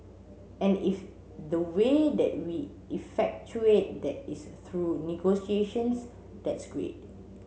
and if the way that we effectuate that is through negotiations that's great